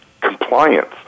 compliance